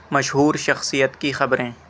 مشہور شخصیت کی خبریں